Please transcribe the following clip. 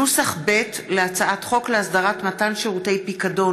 נוסח ב' להצעת חוק להסדרת מתן שירותי פיקדון